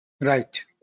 right